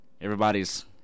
everybody's